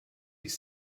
des